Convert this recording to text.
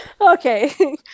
Okay